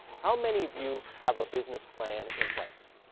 how many of you have a business plan in place?